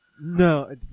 No